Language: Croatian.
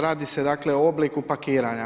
Radi se dakle o obliku pakiranja.